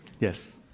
Yes